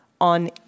On